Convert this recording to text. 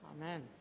Amen